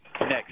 next